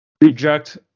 reject